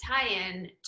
tie-in